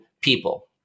people